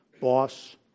boss